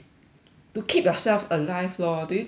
to keep yourself alive lor do you think so